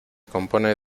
compone